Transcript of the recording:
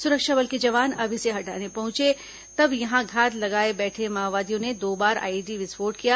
सुरक्षा बल के जवान जब इसे हटाने पहुंचे तब यहां घात लगाए बैठे माओवादियों ने दो बार आईईडी विस्फोट किए